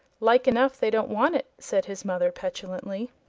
like enough they don't want it, said his mother, petulantly.